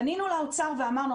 פנינו לאוצר ואמרנו,